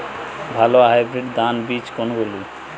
ভালো হাইব্রিড ধান বীজ কোনগুলি?